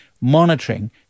monitoring